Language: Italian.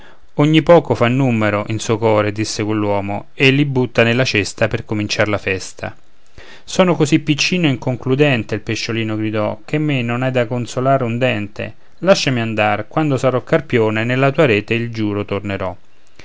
ogni poco fa numero in suo core disse quell'uomo e il butta nella cesta per cominciar la festa sono così piccino e inconcludente il pesciolin gridò che in me non hai da consolare un dente lasciami andar quando sarò carpione nella tua rete il giuro tornerò